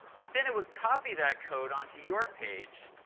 but then it would copy that code onto your page,